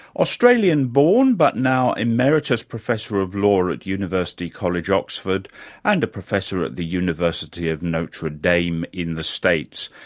australian-born but now emeritus professor of law at university college oxford and a professor at the university of notre dame in the states.